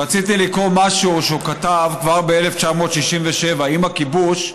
רציתי לקרוא משהו שהוא כתב כבר ב-1967, עם הכיבוש,